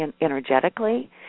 energetically